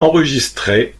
enregistré